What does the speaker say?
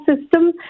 system